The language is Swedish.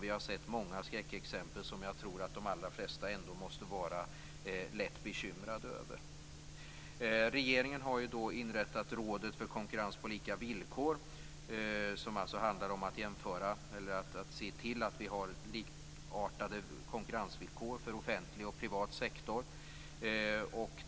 Vi har sett många skräckexempel som jag tror att de allra flesta ändå måste vara bekymrade över. Regeringen har inrättat Rådet för konkurrens på lika villkor. Det handlar om att se till att vi har likartade konkurrensvillkor för offentlig och privat sektor.